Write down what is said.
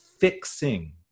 fixing